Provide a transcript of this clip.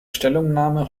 stellungnahme